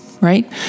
Right